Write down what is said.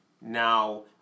Now